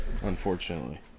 Unfortunately